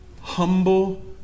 Humble